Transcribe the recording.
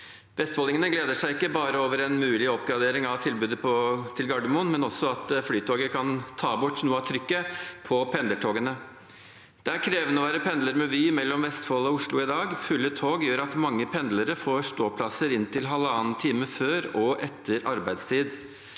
Vestfoldingene gleder seg ikke bare over en mulig oppgradering av tilbudet til Gardermoen, men også over at Flytoget kan ta bort noe av trykket på pendlertogene. Det er krevende å være pendler med Vy mellom Vestfold og Oslo i dag. Fulle tog gjør at mange pendlere får ståplasser inntil halvannen time før og etter arbeidstid.